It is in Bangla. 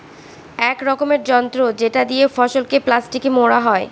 এক রকমের যন্ত্র যেটা দিয়ে ফসলকে প্লাস্টিকে মোড়া হয়